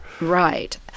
Right